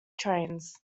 trains